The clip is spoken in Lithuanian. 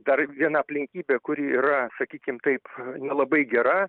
dar viena aplinkybė kuri yra sakykim taip na labai gera